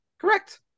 Correct